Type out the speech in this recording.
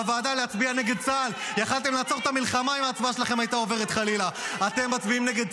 התגייסת בכלל, אני הייתי בצבא חמש שנים.